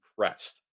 impressed